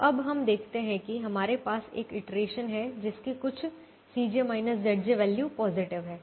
तो अब हम देखते हैं कि हमारे पास एक इटरेशन है जिसकी कुछ वैल्यू पॉजिटिव हैं